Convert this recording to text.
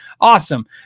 Awesome